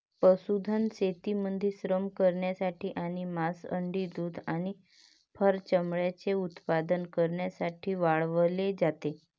पशुधन शेतीमध्ये श्रम करण्यासाठी आणि मांस, अंडी, दूध आणि फर चामड्याचे उत्पादन करण्यासाठी वाढवले जाते